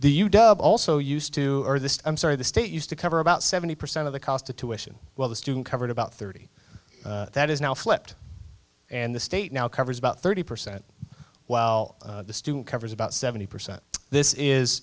you dub also used to i'm sorry the state used to cover about seventy percent of the cost of tuition well the student covered about thirty that is now flipped and the state now covers about thirty percent while the student covers about seventy percent this is